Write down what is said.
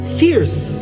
fierce